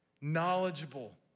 knowledgeable